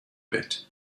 bit